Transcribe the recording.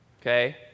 okay